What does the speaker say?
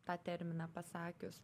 tą terminą pasakius